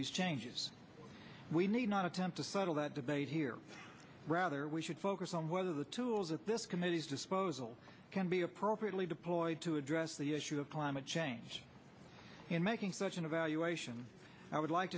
these changes we need not attempt to settle that debate here rather we should focus on whether the tools at this committee's disposal can be appropriately deployed to address the issue of climate change and making such an evaluation i would like